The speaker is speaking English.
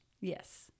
Yes